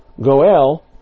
Goel